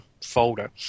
folder